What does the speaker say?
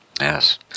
Yes